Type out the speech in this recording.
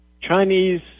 Chinese